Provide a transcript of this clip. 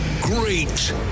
great